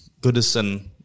Goodison